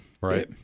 right